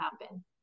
happen